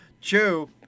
Chew